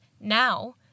now